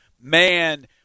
man